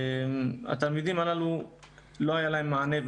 לתלמידים הללו לא היה מענה.